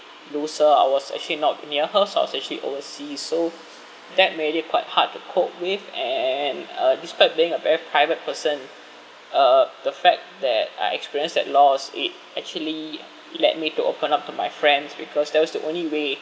lose her I was actually not near her so I was actually overseas so that made it quite hard to cope with and uh despite being a very private person uh the fact that I experience that loss it actually it led me to open up to my friends because that was the only way